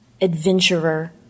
adventurer